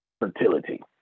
Fertility